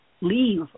leave